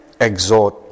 exhort